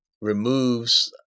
removes